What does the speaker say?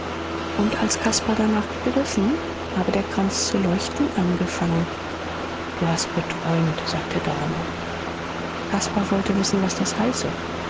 und als caspar danach gegriffen habe der kranz zu leuchten angefangen du hast geträumt sagte daumer caspar wollte wissen was das heiße